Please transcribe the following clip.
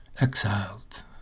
exiled